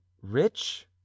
rich